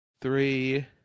three